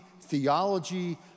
theology